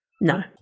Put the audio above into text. no